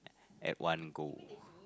at one go